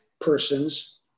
persons